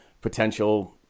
potential